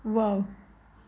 wow